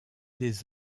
des